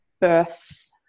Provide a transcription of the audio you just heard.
birth